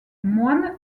moine